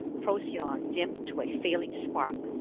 procyon dimmed to a failing spark